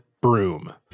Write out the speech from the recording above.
broom